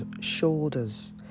shoulders